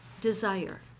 desire